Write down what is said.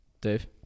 Dave